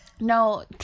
No